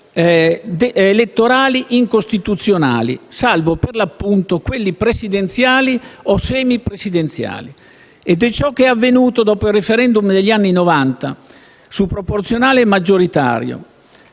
siano sistemi elettorali incostituzionali salvo, per l'appunto, quelli presidenziali o semipresidenziali. Ed è ciò che è avvenuto dopo il *referendum* degli anni Novanta su proporzionale e maggioritario,